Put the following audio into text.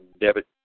debit